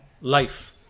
Life